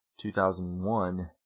2001